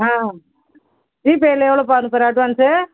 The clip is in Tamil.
ஜிபேயில் எவ்வளோப்பா அனுப்புகிற அட்வான்ஸு